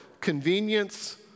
convenience